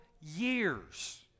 years